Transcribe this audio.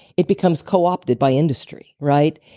it becomes co-opted by industry, right?